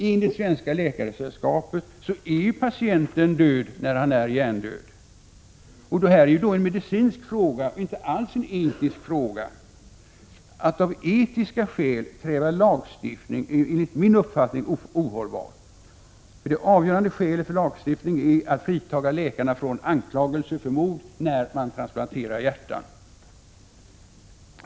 Enligt Svenska läkaresällskapet är patienten död när han är hjärndöd. Detta är då en medicinsk fråga och inte alls en etisk fråga. Att av etiska skäl kräva lagstiftning är enligt min uppfattning ohållbart. Det avgörande skälet för lagstiftning är att frita läkarna från anklagelse för mord när man transplanterar hjärtan.